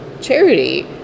charity